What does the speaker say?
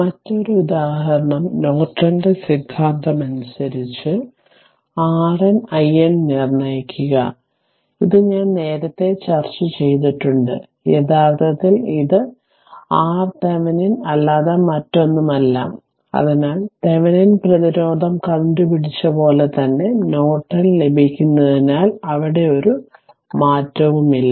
മറ്റൊരു ഉദാഹരണം നോർട്ടൺന്റെ സിദ്ധാന്തമനുസരിച്ച് RN IN നിർണ്ണയിക്കുക ഇത് ഞാൻ നേരത്തെ ചർച്ച ചെയ്തിട്ടുണ്ട് യഥാർത്ഥത്തിൽ ഇത് RThevenin അല്ലാതെ മറ്റൊന്നുമല്ല അതിനാൽ തെവെനിൻ പ്രതിരോധം കണ്ടു പിടിച്ച പോലെ തന്നെ നോർട്ടൺ ലഭിക്കുന്നതിനാൽ അവിടെ ഒരു മാറ്റവുമില്ല